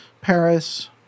Paris